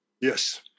Yes